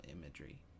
imagery